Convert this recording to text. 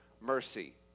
mercy